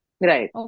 right